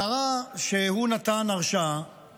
קרה שהוא נתן הרשאה